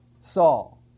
Saul